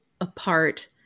apart